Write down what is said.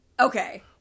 Okay